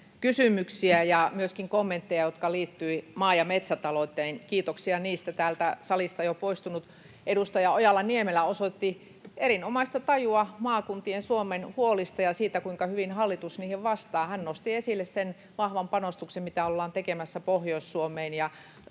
kysymyksiä ja myöskin kommentteja, jotka liittyivät maa- ja metsätalouteen — kiitoksia niistä. Täältä salista jo poistunut edustaja Ojala-Niemelä osoitti erinomaista tajua maakuntien Suomen huolista ja siitä, kuinka hyvin hallitus niihin vastaa. Hän nosti esille sen vahvan panostuksen, mitä ollaan tekemässä Pohjois-Suomeen.